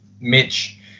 Mitch